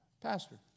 pastor